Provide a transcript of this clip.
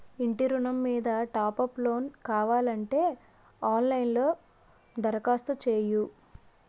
ఇంటి ఋణం మీద టాప్ అప్ లోను కావాలంటే ఆన్ లైన్ లో దరఖాస్తు చెయ్యు